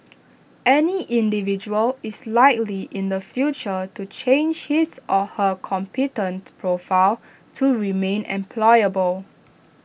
any individual is likely in the future to change his or her competent profile to remain employable